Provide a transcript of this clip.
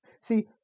See